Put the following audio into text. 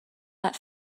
that